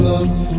Love